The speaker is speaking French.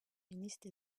ministre